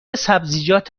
سبزیجات